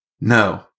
No